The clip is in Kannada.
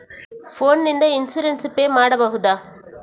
ಫೋನ್ ನಿಂದ ಇನ್ಸೂರೆನ್ಸ್ ಪೇ ಮಾಡಬಹುದ?